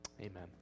amen